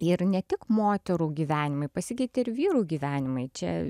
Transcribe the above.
ir ne tik moterų gyvenimai pasikeitė ir vyrų gyvenimai čia